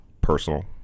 personal